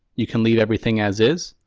you can leave everything as is,